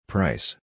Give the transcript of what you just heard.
Price